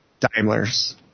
Daimlers